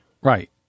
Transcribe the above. Right